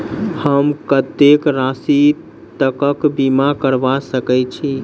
हम कत्तेक राशि तकक बीमा करबा सकै छी?